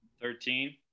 Thirteen